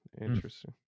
Interesting